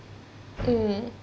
uh